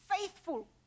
faithful